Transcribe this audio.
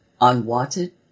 unwanted